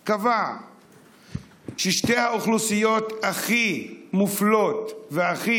קבע ששתי האוכלוסיות הכי מופלות והכי